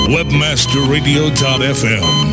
WebmasterRadio.fm